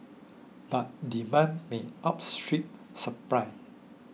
but demand may outstrip supply